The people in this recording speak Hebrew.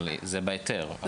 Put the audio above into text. זה בהיתר.